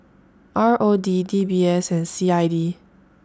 R O D D B S and C I D